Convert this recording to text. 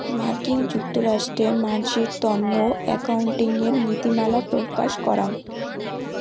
মার্কিন যুক্তরাষ্ট্রে মানসির তন্ন একাউন্টিঙের নীতিমালা প্রকাশ করাং